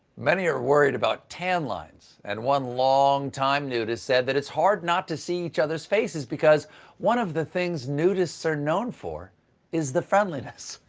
many are worried about tan lines and one long time nudist said that it is hard not to see each other's faces because one of the things nudists are known for is the friendliness.